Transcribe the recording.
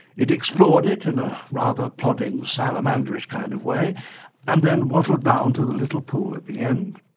it explored it in a rather plodding salamander-ish kind of way and then waddled down to the little pool at the end.